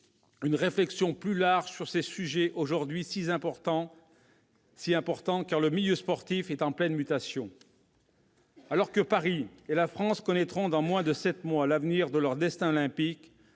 une réflexion plus large sur ces sujets aujourd'hui si importants, car le milieu sportif est en pleine mutation. Alors que Paris et la France connaîtront dans moins de sept mois leur avenir olympique,